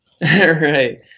Right